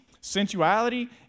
sensuality